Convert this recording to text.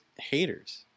haters